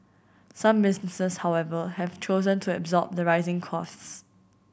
some businesses however have chosen to absorb the rising costs